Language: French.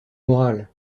moral